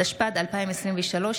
התשפ"ד 2023,